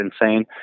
insane